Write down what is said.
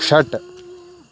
षट्